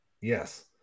Yes